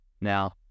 Now